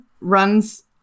runs